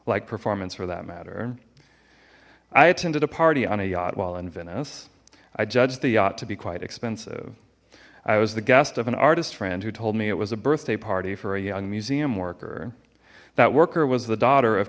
like performance for that matter i attended a party on a yacht while in venice i judged the yacht to be quite expensive i was the guest of an artist friend who told me it was a birthday party for a young museum worker that worker was the daughter of